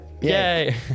Yay